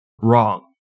Wrong